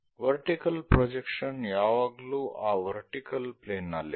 vertical projection ಯಾವಾಗಲೂ ಆ vertical plane ನಲ್ಲಿರುತ್ತದೆ